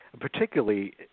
particularly